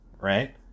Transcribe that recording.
right